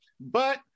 but-